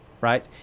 Right